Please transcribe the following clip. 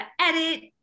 edit